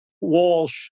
Walsh